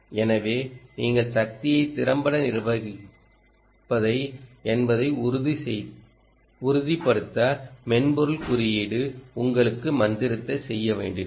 எனவே நீங்கள் சக்தியை திறம்பட நிர்வகிப்பதை என்பதை உறுதிப்படுத்த மென்பொருள் குறியீடு உங்களுக்கு மந்திரத்தை செய்ய வேண்டியிருக்கும்